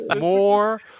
More